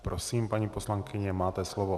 Prosím, paní poslankyně, máte slovo.